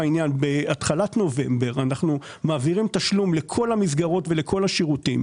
בהתחלת נובמבר אנחנו מעבירים תשלום לכל המסגרות ולכל השירותים.